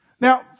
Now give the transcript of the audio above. Now